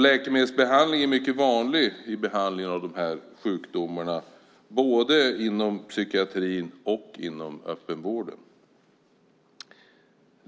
Läkemedel är mycket vanliga i behandlingen av de här sjukdomarna, både inom psykiatrin och inom öppenvården.